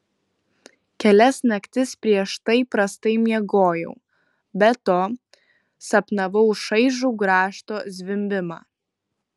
kelias naktis prieš tai prastai miegojau be to sapnavau šaižų grąžto zvimbimą